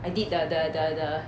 I did the the the the